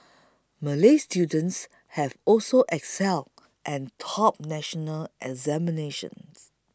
Malay students have also excelled and topped national examinations